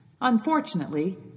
Unfortunately